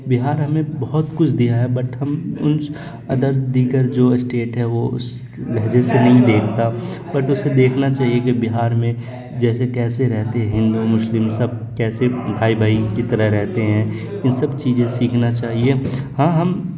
بہار ہمیں بہت کچھ دیا ہے بٹ ہم ان ادر دیگر جو اسٹیٹ ہے وہ اس لہجے سے نہیں دیکھتا بٹ اسے دیکھنا چاہیے کہ بہار میں جیسے کیسے رہتے ہندو مسلم سب کیسے بھائی بھائی کی طرح رہتے ہیں ان سب چیزیں سیکھنا چاہیے ہاں ہم